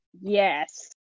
Yes